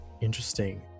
interesting